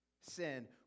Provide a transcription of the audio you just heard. sin